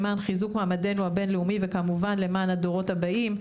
למען חיזוק מעמדנו הבין-לאומי וכמובן למען הדורות הבאים.